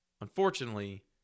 Unfortunately